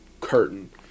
curtain